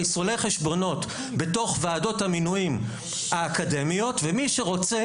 חיסולי חשבונות בתוך וועדות המינויים האקדמיות ומי שרוצה